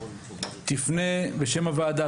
תפנה בשם הוועדה,